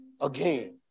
again